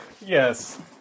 yes